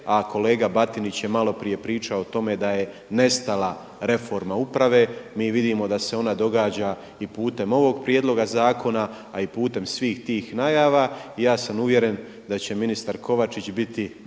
A kolega Batinić je malo prije pričao o tome da je nestala reforma uprave. Mi vidimo da se ona događa i putem ovog prijedloga zakona, a i putem svih tih najava. I ja sam uvjeren da će ministar Kovačić biti duh sa